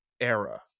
era